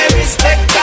respect